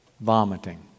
vomiting